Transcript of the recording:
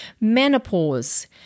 menopause